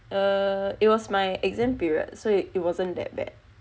uh it was my exam period so it wasn't that bad